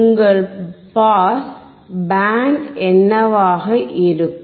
உங்கள் pass band என்னவாக இருக்கும்